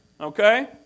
okay